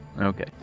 Okay